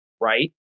right